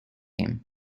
him